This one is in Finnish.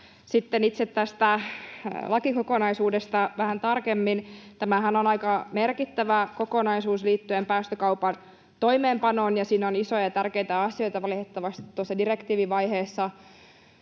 Sitten itse tästä lakikokonaisuudesta vähän tarkemmin. Tämähän on aika merkittävä kokonaisuus liittyen päästökaupan toimeenpanoon, ja siinä on isoja ja tärkeitä asioita. Valitettavasti tuossa direktiivivaiheessa